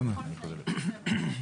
ובכול מקרה אבקש מהם לבוא שוב.